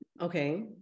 okay